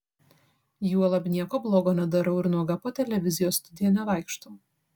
juolab nieko blogo nedarau ir nuoga po televizijos studiją nevaikštau